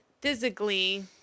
physically